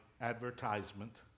advertisement